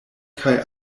kaj